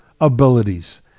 abilities